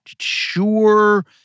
sure